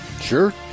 Sure